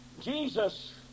Jesus